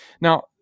Now